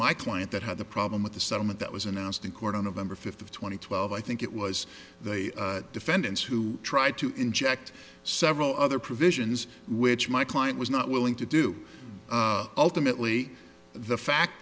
my client that had the problem with the settlement that was announced in court on november fifth of two thousand and twelve i think it was the defendants who tried to inject several other provisions which my client was not willing to do ultimately the fact